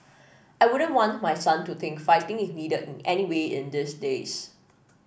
I wouldn't want my son to think fighting is needed in any way in these days